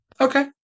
okay